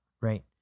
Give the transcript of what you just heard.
right